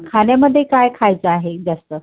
खाण्यामध्ये काय खायचं आहे जास्त